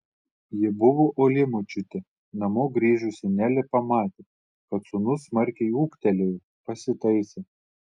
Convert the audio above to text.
ji buvo uoli močiutė namo grįžusi nelė pamatė kad sūnus smarkiai ūgtelėjo pasitaisė